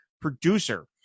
producer